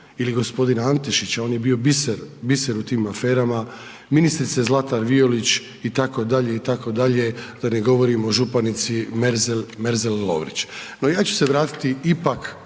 ili g. Antešića, on je bio biser, biser u tim aferama, ministrice Zlatar Violić, itd., itd., da ne govorim o županici Merzel, Merzel-Lovrić. No, ja ću se vratiti ipak